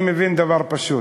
אני מבין דבר פשוט: